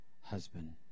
husband